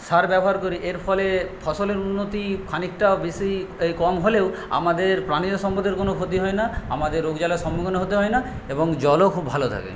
সার ব্যবহার করি এর ফলে ফসলের উন্নতি খানিকটা বেশী এই কম হলেও আমাদের প্রাণীজ সম্পদের কোন ক্ষতি হয় না আমাদের রোগ জ্বালার সম্মুখীন হতে হয় না এবং জলও খুব ভালো থাকে